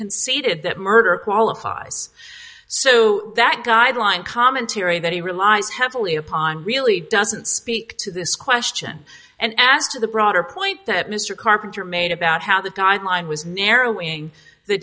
conceded that murder qualifies so that guideline commentary that he relies heavily upon really doesn't speak to this question and as to the broader point that mr carpenter made about how the guideline was narrowing the